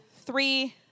three